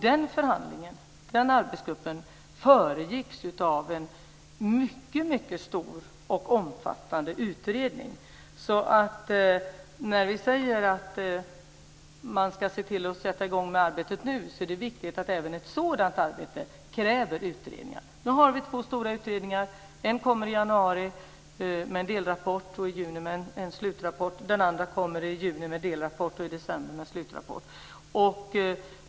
Den förhandlingen och den arbetsgruppen föregicks av en mycket stor och omfattande utredning. När vi säger att man ska se till att sätta i gång med arbetet nu är det viktigt att tänka på att även ett sådant arbete kräver utredningar. Nu har vi två stora utredningar. En kommer med en delrapport i januari och med en slutrapport i juni. Den andra kommer med delrapport i juni och med en slutrapport i december.